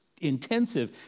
intensive